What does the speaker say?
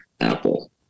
apple